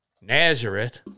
Nazareth